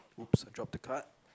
!oops! I dropped the card